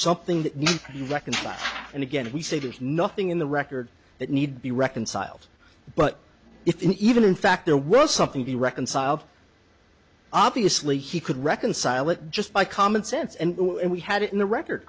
something that reconciled and again we say there's nothing in the record that need be reconciled but if even in fact there was something to reconcile obviously he could reconcile it just by common sense and we had it in the record